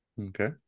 Okay